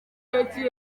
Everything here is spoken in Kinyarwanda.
yagiye